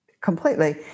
Completely